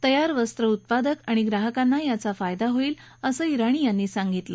तयार वस्त्र उत्पादक आणि ग्राहकांना याचा फायदा होईलअसं इराणी यांनी सांगितलं